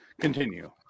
continue